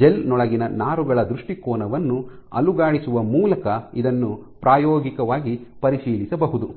gel ನೊಳಗಿನ ನಾರುಗಳ ದೃಷ್ಟಿಕೋನವನ್ನು ಅಲುಗಾಡಿಸುವ ಮೂಲಕ ಇದನ್ನು ಪ್ರಾಯೋಗಿಕವಾಗಿ ಪರಿಶೀಲಿಸಬಹುದು